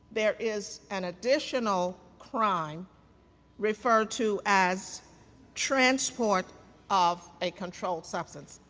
there is an additional crime referred to as transport of a controlled substance.